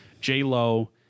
J-Lo